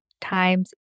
times